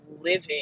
living